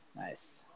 nice